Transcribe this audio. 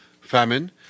famine